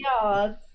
yards